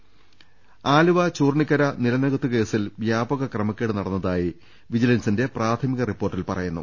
രദേഷ്ടെടു ആലുവ ചൂർണ്ണിക്കര നിലംനികത്ത് കേസിൽ വ്യാപക ക്രമക്കേട് നടന്ന തായി വിജിലൻസിന്റെ പ്രാഥമിക റിപ്പോർട്ടിൽ പറയുന്നു